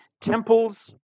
temples